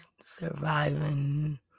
surviving